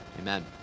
Amen